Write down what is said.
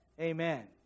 Amen